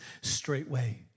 straightway